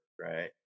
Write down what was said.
right